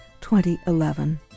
2011